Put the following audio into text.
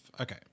Okay